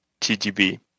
TGB